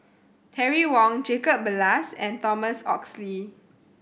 Terry Wong Jacob Ballas and Thomas Oxley